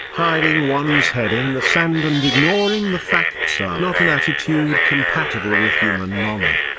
hiding one's head in the sand and ignoring the facts are not an attitude compatible with human honor.